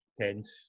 tense